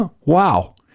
Wow